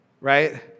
right